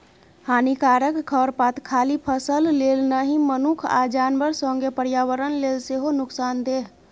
हानिकारक खरपात खाली फसल लेल नहि मनुख आ जानबर संगे पर्यावरण लेल सेहो नुकसानदेह